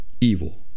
evil